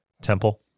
Temple